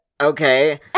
Okay